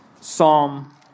Psalm